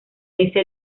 dice